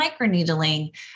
microneedling